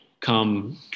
come